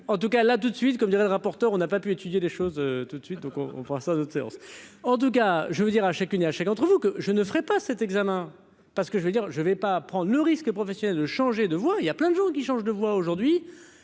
en tout cas, là tout de suite, comme dirait le rapporteur, on n'a pas pu étudier des choses tout de suite donc on fera ça de séance. Or gars, je veux dire à chacune et à chacun trouve ou que je ne ferais pas cet examen parce que je veux dire je vais pas prendre le risque professionnel de changer de voie, il y a plein de gens qui change de voix aujourd'hui.